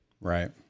Right